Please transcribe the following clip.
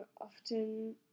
Often